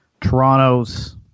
Toronto's